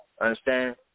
Understand